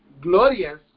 glorious